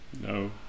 No